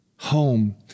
Home